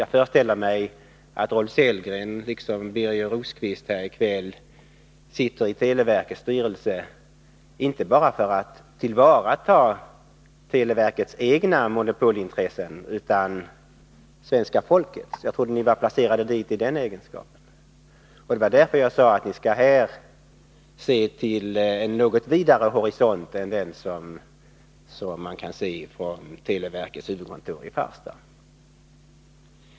Jag föreställer mig att Rolf Sellgren liksom Birger Rosqvist sitter i televerkets styrelse inte bara för att tillvarata televerkets egna monopolintressen utan också svenska folkets. Jag trodde att ni var placerade där av det skälet. Det var därför jag sade att ni här skulle se på frågan mot en något vidare horisont än den som man kan se från televerkets huvudkontor i Farsta.